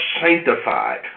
sanctified